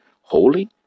holy